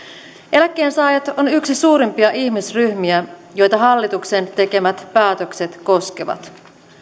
eläkkeensaajat on yksi suurimpia ihmisryhmiä joita hallituksen tekemät päätökset koskevat